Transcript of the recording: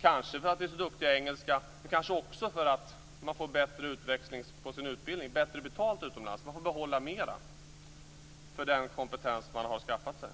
kanske för att de är så duktiga på engelska men kanske också för att de får bättre utväxling på sin utbildning. De får bättre betalt utomlands. De får behålla mera genom den kompetens som de har skaffat sig.